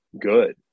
good